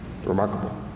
Remarkable